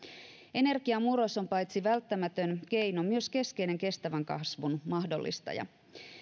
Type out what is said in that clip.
energiamurros on paitsi välttämätön keino myös keskeinen kestävän kasvun mahdollistaja